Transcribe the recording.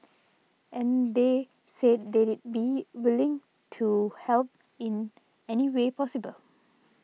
and they've said they'd be willing to help in any way possible